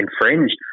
infringed